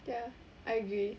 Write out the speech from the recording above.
ya I agree